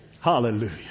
Hallelujah